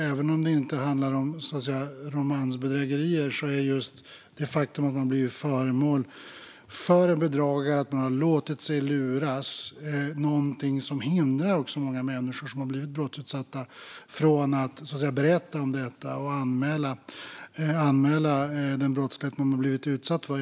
Även om det inte handlar om romansbedrägerier är just det faktum att man blivit föremål för en bedragare - att man har låtit sig luras - något som hindrar många brottsutsatta människor från att berätta om detta och anmäla den brottslighet som de har blivit utsatta för.